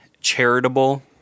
charitable